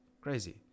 crazy